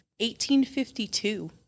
1852